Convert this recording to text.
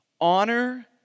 Honor